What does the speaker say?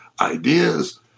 ideas